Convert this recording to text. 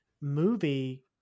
movie